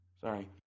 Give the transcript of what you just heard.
Sorry